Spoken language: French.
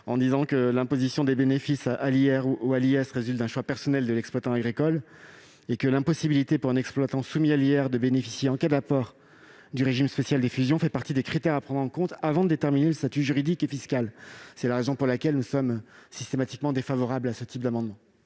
le revenu ou à l'impôt sur les sociétés résulte d'un choix personnel de l'exploitant agricole. L'impossibilité, pour un exploitant soumis à l'impôt sur le revenu, de bénéficier, en cas d'apport du régime spécial des fusions, fait partie des critères à prendre en compte avant de déterminer le statut juridique et fiscal. C'est la raison pour laquelle nous sommes systématiquement défavorables à cet amendement.